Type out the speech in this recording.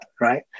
right